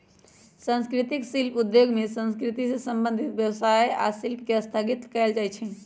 संस्कृतिक शिल्प उद्योग में संस्कृति से संबंधित व्यवसाय आ शिल्प के स्थापित कएल जाइ छइ